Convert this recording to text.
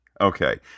Okay